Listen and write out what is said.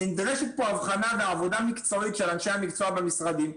נדרשת פה הבחנה ועבודה מקצועית של אנשי המקצוע במשרדים,